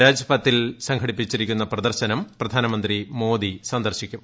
രാജ്പത്തിൽ സംഘടിപ്പിച്ചിരിക്കുന്ന പ്രദർശനം പ്രധാനമന്ത്രി മോദി സന്ദർശിക്കും